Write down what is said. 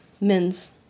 men's